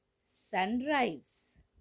sunrise